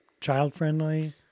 child-friendly